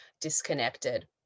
disconnected